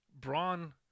Braun